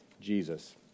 Jesus